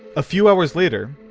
a few hours later,